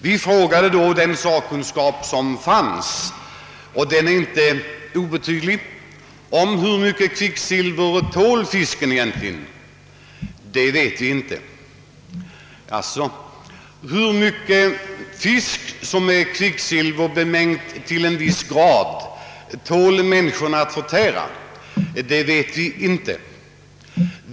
Vi frågade den sakkunskap som finns — och som inte är obetydlig — hur mycket kvicksilver fisken egentligen tål. — Det vet vi inte. — Hur mycket fisk, som är kvicksilverbemängd till en viss grad, tål människorna att förtära? — Det vet vi inte.